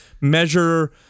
measure